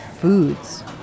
foods